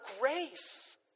grace